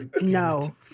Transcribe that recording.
No